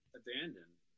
abandoned